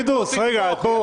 פינדרוס, רגע, בוא.